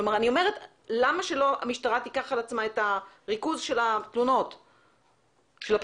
למה שהמשטרה לא תיקח על עצמה את ריכוז התלונות והפניות?